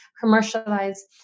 commercialize